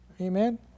amen